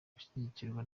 gushyigikirwa